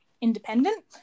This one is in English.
independent